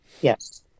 Yes